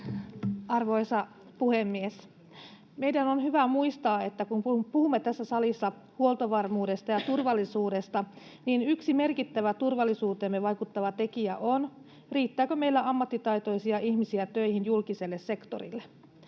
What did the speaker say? Arvoisa puhemies! Meidän on hyvä muistaa, että kun puhumme tässä salissa huoltovarmuudesta ja turvallisuudesta, niin yksi merkittävä turvallisuuteemme vaikuttava tekijä on, riittääkö meillä ammattitaitoisia ihmisiä töihin julkiselle sektorille.